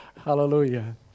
Hallelujah